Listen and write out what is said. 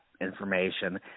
information